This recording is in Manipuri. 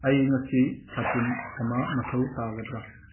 ꯑꯩ ꯉꯁꯤ ꯁꯥꯇꯤꯟ ꯑꯃ ꯃꯊꯧ ꯇꯥꯒꯗ꯭ꯔ